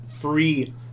free